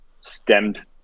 stemmed